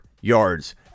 yards